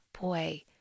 boy